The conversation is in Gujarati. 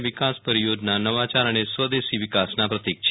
આ વિકાસ પરિયોજનાઓ નવાચાર અને સ્વદેશી વિકાસના પ્રતિક છે